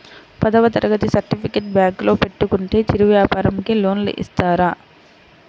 పదవ తరగతి సర్టిఫికేట్ బ్యాంకులో పెట్టుకుంటే చిరు వ్యాపారంకి లోన్ ఇస్తారా?